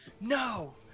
No